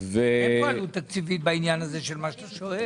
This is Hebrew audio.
אין פה עלות תקציבית בעניין הזה של מה שאתה שואל.